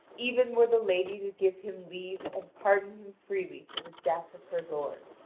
even were the lady to give him leave and pardon him freely for the death of her lord.